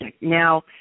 Now